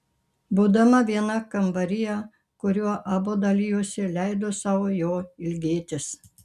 būdama viena kambaryje kuriuo abu dalijosi leido sau jo ilgėtis